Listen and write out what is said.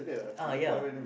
the uh ya